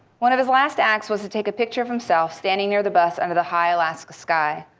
one of his last acts was to take a picture of himself standing near the bus under the high alaska sky,